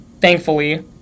Thankfully